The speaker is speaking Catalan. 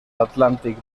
atlàntic